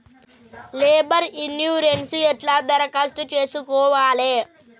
Labour insurance ఎట్ల దరఖాస్తు చేసుకోవాలే?